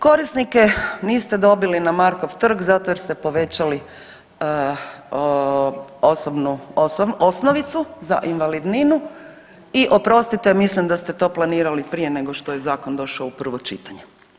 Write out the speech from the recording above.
Korisnike niste dobili na Markov trg zato jer ste povećali osobnu, osnovicu za invalidninu, i, oprostite, mislim da ste to planirali prije nego što je Zakon došao u prvo čitanje.